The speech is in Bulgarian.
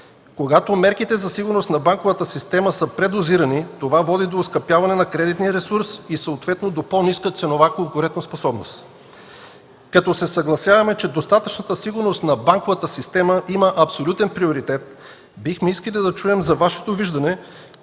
Когато мерките за сигурност на банковата система са предозирани, това води до оскъпяване на кредитния ресурс и съответно до по-ниска ценова конкурентоспособност. Като се съгласяваме, че достатъчната сигурност на банковата система има абсолютен приоритет, бихме искали да чуем за Вашето виждане